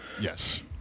Yes